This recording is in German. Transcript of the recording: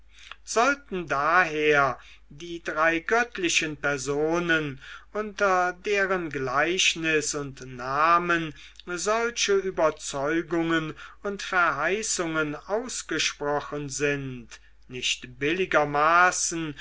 sollten daher die drei göttlichen personen unter deren gleichnis und namen solche überzeugungen und verheißungen ausgesprochen sind nicht billigermaßen